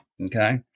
Okay